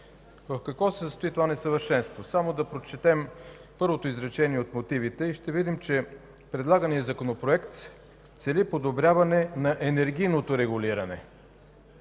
В какво се състои това несъвършенство? Само да прочетем първото изречение от мотивите и ще видим, че предлаганият законопроект цели подобряване на енергийното регулиране.